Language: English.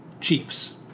Chiefs